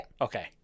Okay